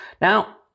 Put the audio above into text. now